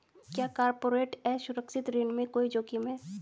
क्या कॉर्पोरेट असुरक्षित ऋण में कोई जोखिम है?